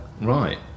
right